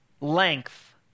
length